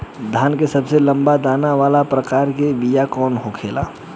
धान के सबसे लंबा दाना वाला प्रकार के बीया कौन होखेला?